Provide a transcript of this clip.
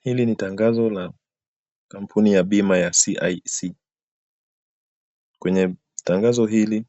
Hili ni tangazo ya kampuni ya bima ya CIC. Kwenye tangazo hili